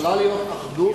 יכולה להיות אחדות,